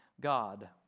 God